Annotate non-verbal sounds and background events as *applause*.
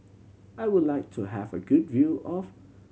I would like to have a good view of *unintelligible*